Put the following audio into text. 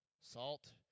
salt